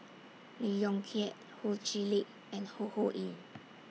Lee Yong Kiat Ho Chee Lick and Ho Ho Ying